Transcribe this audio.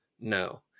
No